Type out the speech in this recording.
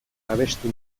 babestu